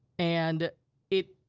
and it